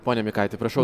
pone mikaiti prašau